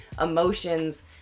emotions